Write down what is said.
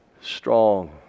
strong